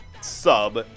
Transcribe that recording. sub